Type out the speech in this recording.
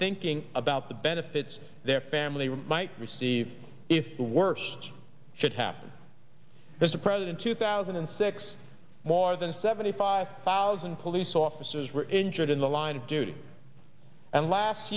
thinking about the benefits their family might receive if the worst should happen there's a president two thousand and six more than seventy five thousand police officers were injured in the line of duty and last